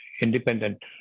independent